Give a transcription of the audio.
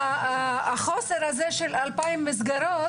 החוסר הזה של 2,000 מסגרות